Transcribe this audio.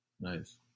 Nice